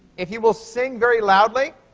if you will sing very loudly,